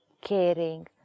caring